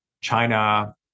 China